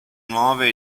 nuove